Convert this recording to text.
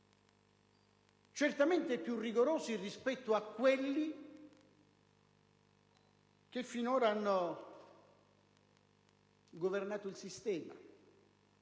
certamente, più rigorosi rispetto a quelli che finora hanno governato il sistema.